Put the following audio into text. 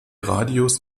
radius